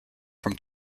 from